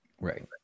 right